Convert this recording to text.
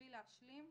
בשביל להשלים,